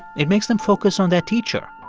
it makes them focus on their teacher,